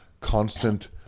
constant